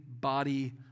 body